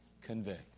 convict